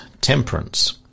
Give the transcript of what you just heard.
temperance